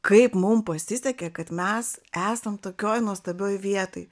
kaip mum pasisekė kad mes esam tokioj nuostabioj vietoj